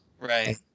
Right